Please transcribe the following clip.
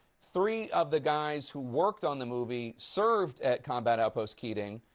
three of the guys who worked on the movie served at combat outpost keating.